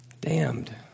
damned